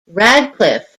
radcliffe